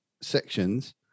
sections